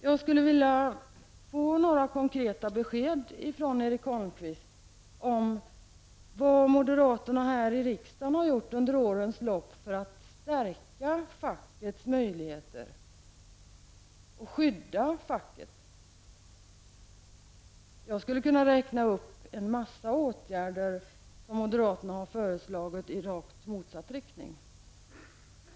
Jag skulle vilja ha några konkreta besked från Erik Holmkvist om vad moderaterna här i riksdagen under årens lopp har gjort för att stärka fackets möjligheter och skydda facket. Jag skulle kunna räkna upp en mängd åtgärder som moderaterna har föreslagit i rakt motsatt riktning.